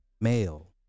male